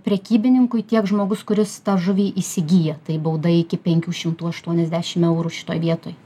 prekybininkui tiek žmogus kuris tą žuvį įsigyja tai bauda iki penkių šimtų aštuoniasdešim eurų šitoj vietoj